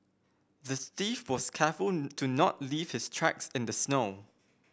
the thief was careful to not leave his tracks in the snow